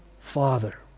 Father